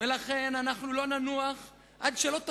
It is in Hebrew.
ולכן אנחנו לא ננוח עד שלא תפנים,